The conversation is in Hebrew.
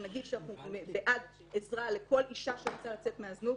שנגיד שאנחנו בעד עזרה לכל אישה שרוצה לצאת מהזנות,